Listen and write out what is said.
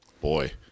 boy